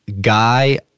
guy